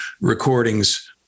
recordings